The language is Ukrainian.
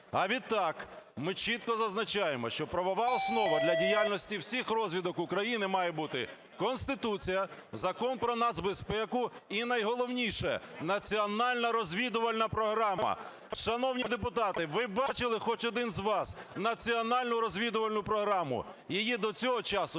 А відтак, ми чітко зазначаємо, що правова основа для діяльності всіх розвідок України має бути Конституція, Закон про нацбезпеку і, найголовніше, національна розвідувальна програма. Шановні депутати, ви бачили, хоч один з вас, національну розвідувальну програму? Її до цього часу